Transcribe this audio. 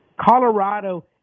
Colorado